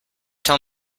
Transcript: tell